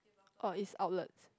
orh is outlets